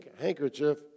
handkerchief